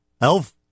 Elf